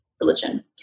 religion